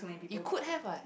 you could have what